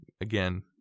again